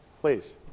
Please